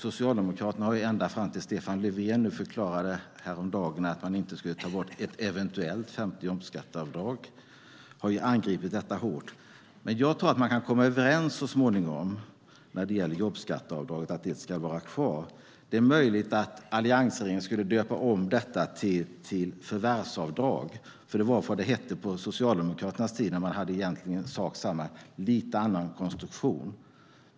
Socialdemokraterna har ju ända fram tills Stefan Löfven häromdagen förklarade att man inte skulle ta bort ett eventuellt femte jobbskatteavdrag angripit detta hårt. Men jag tror att man komma överens så småningom om att jobbskatteavdraget ska vara kvar. Det är möjligt att alliansregeringen skulle döpa om detta till förvärvsavdrag, för det var vad det hette på Socialdemokraternas tid när man egentligen hade sak samma men med lite annan konstruktion.